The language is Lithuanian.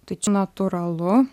tai čia natūralu